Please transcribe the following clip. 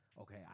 okay